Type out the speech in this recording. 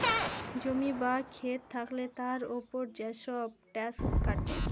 জমি বা খেত থাকলে তার উপর যেসব ট্যাক্স কাটে